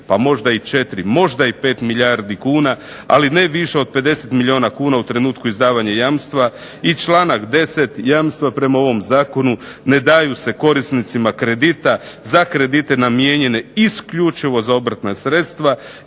pa možda i 4, možda i 5 milijardi kuna, ali ne više od 50 milijuna kuna u trenutku izdavanja jamstva. I članak 10., jamstva prema ovom zakonu ne daju se korisnicima kredita za kredite namijenjene isključivo za obrtna sredstva